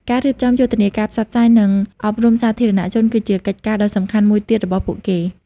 ការរៀបចំយុទ្ធនាការផ្សព្វផ្សាយ និងអប់រំសាធារណជនគឺជាកិច្ចការដ៏សំខាន់មួយទៀតរបស់ពួកគេ។